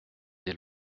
des